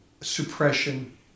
suppression